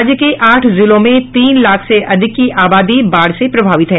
राज्य के आठ जिलों में तीन लाख से अधिक की आबादी बाढ़ से प्रभावित है